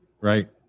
right